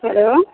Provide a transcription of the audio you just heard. hello